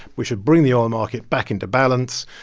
we should bring the oil market back into balance,